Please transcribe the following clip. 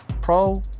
pro